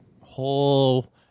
whole